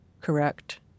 correct